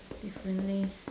differently